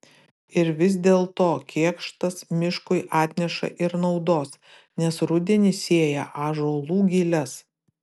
ir vis dėlto kėkštas miškui atneša ir naudos nes rudenį sėja ąžuolų giles